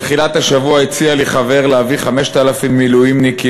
בתחילת השבוע הציע לי חבר להביא 5,000 מילואימניקים,